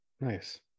nice